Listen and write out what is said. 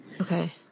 Okay